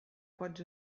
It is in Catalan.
pots